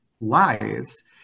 lives